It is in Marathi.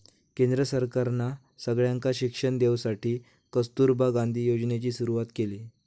केंद्र सरकारना सगळ्यांका शिक्षण देवसाठी कस्तूरबा गांधी योजनेची सुरवात केली